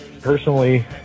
Personally